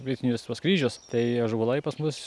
vietinius tuos kryžius tai ąžuolai pas mus